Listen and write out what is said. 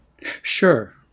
sure